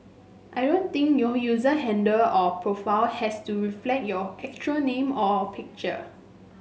I don't think your user handle or profile has to reflect your actual name or picture